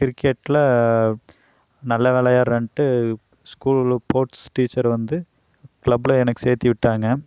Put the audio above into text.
கிரிக்கெட்ல நல்ல விளையாடுறேன்ட்டு ஸ்கூல் ஸ்போட்ஸ் டீச்சர் வந்து க்ளப்ல எனக்கு சேர்த்தி விட்டாங்க